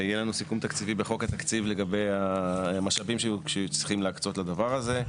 ויהיה לנו סיכום תקציבי בחוק התקציב לגבי המשאבים שיוקצו לדבר הזה.